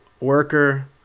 worker